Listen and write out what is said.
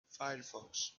firefox